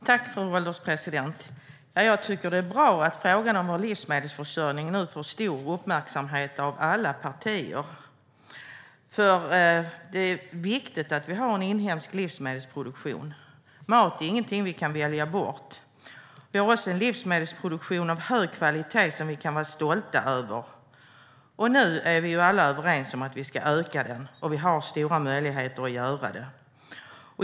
Fru ålderspresident! Jag tycker att det är bra att frågan om vår livsmedelsförsörjning nu får stor uppmärksamhet av alla partier. Det är viktigt att vi har en inhemsk livsmedelproduktion. Mat är ingenting vi kan välja bort. Vi har en livsmedelsproduktion av hög kvalitet som vi kan vara stolta över. Nu är vi alla överens om att vi ska öka den, och vi har stora möjligheter att göra det.